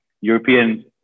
European